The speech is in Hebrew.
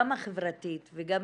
גם החברתית וגם,